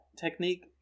technique